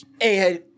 Hey